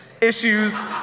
Issues